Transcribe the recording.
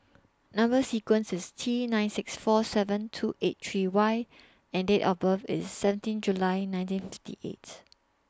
Number sequence IS T nine six four seven two eight three Y and Date of birth IS seventeen July nineteen fifty eight